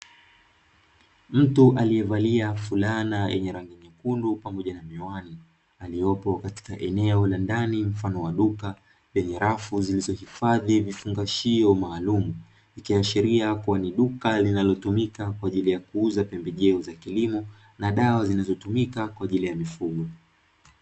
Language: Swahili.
Mtu aliyevalia fulana yenye rangi nyekundu pamoja na miwani, aliyepo katika eneo la ndani mfano wa duka lenye rafu zilizo hifadhi vifungashio maalumu, ikiashiria kuwa ni duka linalo tumika kwa ajili ya kuuza pembejeo za kilimo na dawa zinazo tumika kwa ajili ya mifugo.